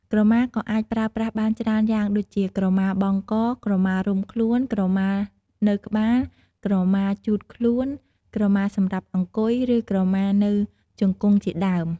ក្រមាក៏អាចប្រើប្រាស់បានច្រើនយ៉ាងដូចជា ក្រមាបង់ក ក្រមារុំខ្លួន ក្រមានៅក្បាល ក្រមាជូតខ្លួន ក្រមាសម្រាប់អង្គុយ ឬក្រមានៅជង្គង់ជាដើម។